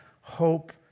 hope